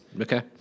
Okay